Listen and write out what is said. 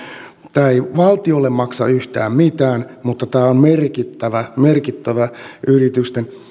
tämä ei valtiolle maksa yhtään mitään mutta tämä on merkittävä merkittävä